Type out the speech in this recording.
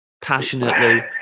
passionately